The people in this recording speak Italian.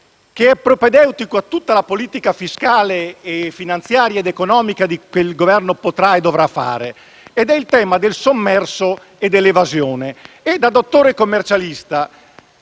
tema propedeutico a tutta la politica fiscale, finanziaria ed economica che il Governo potrà e dovrà fare: mi riferisco al tema del sommerso e dell'evasione e da dottore commercialista